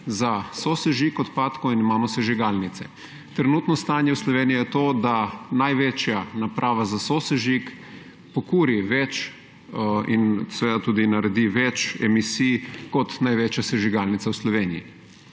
za sosežig odpadkov in imamo sežigalnice. Trenutno stanje v Sloveniji je to, da največja naprava za sosežig pokuri več in seveda tudi naredi več emisij kot največja sežigalnica v Sloveniji.